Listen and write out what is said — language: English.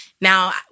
Now